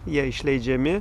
jie išleidžiami